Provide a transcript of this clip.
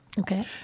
Okay